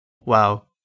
wow